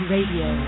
Radio